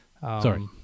sorry